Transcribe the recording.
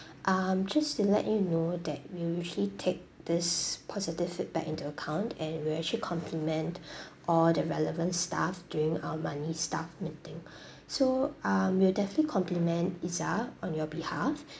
um just to let you know that we'll usually take this positive feedback into account and we'll actually compliment all the relevant staff during our monthly staff meeting so uh we'll definitely compliment izzah on your behalf